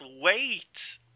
wait